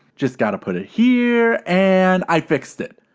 just gotta put it here and i fixed it.